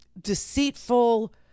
deceitful